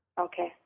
Okay